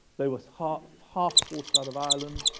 they were half, half or so out of ireland.